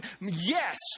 yes